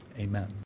Amen